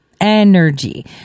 Energy